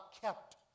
kept